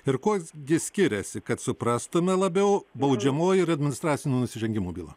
ir kuo gi skiriasi kad suprastume labiau baudžiamoji ir administracinių nusižengimų byla